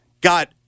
got